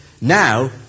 Now